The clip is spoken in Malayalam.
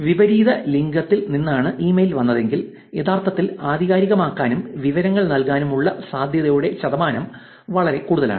വിപരീത ലിംഗത്തിൽ നിന്നാണ് ഇമെയിൽ വന്നതെങ്കിൽ യഥാർത്ഥത്തിൽ ആധികാരികമാക്കാനും വിവരങ്ങൾ നൽകാനുമുള്ള സാധ്യതയുടെ ശതമാനം വളരെ കൂടുതലാണ്